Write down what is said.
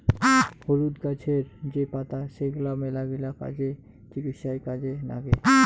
হলুদ গাছের যে পাতা সেগলা মেলাগিলা কাজে, চিকিৎসায় কাজে নাগে